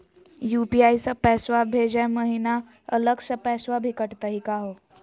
UPI स पैसवा भेजै महिना अलग स पैसवा भी कटतही का हो?